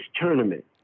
tournament